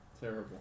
Terrible